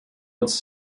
uns